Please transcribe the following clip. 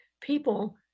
people